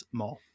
more